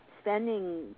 spending